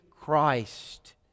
Christ